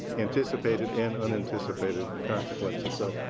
anticipated and unanticipated consequences. so,